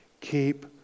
Keep